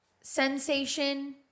sensation